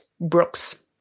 Brooks